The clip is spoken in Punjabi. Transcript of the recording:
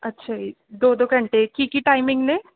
ਅੱਛਾ ਜੀ ਦੋ ਦੋ ਘੰਟੇ ਕੀ ਕੀ ਟਾਈਮਿੰਗ ਨੇ